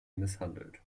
misshandelt